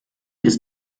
ist